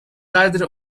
قدر